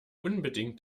unbedingt